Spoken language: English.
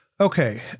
Okay